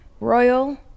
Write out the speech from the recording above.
Royal